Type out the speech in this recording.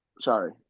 Sorry